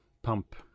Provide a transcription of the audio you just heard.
pump